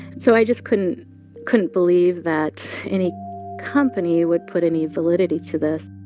so i just couldn't couldn't believe that any company would put any validity to this